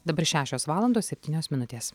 dabar šešios valandos septynios minutės